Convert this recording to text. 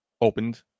opened